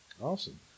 Awesome